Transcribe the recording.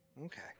Okay